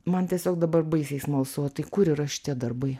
man tiesiog dabar baisiai smalsu o tai kur yra šitie darbai